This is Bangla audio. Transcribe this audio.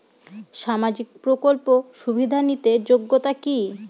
সামাজিক প্রকল্প সুবিধা নিতে যোগ্যতা কি?